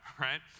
right